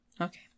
Okay